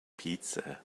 pizza